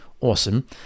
awesome